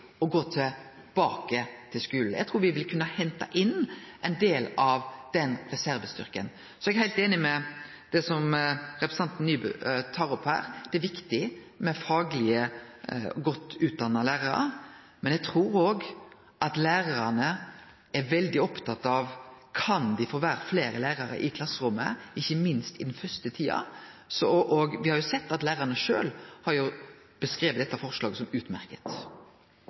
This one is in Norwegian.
å gå tilbake til skulen». Eg trur me vil kunne hente inn ein del av den reservestyrken. Eg er heilt einig i det representanten Nybø tar opp her: Det er viktig med fagleg godt utdanna lærarar. Men eg trur òg at lærarane er veldig opptekne av om dei kan få vere fleire lærarar i klasserommet, ikkje minst i den første tida, og me har òg sett at lærarane sjølve har beskrive dette forslaget som